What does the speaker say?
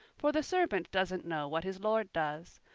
for the servant doesn't know what his lord does.